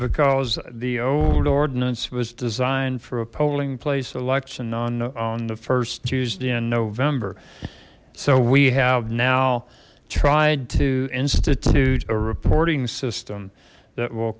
because the old ordinance was designed for a polling place election on on the first tuesday in november so we have now tried to institute a reporting system that will